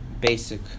basic